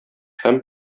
һәм